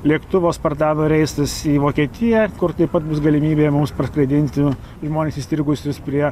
lėktuvo spartano reisas į vokietiją kur taip pat bus galimybė mums parskraidinti žmones įstrigusius prie